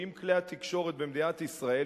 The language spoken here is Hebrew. שאם כלי התקשורת במדינת ישראל,